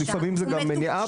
לפעמים זאת גם מניעה,